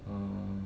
err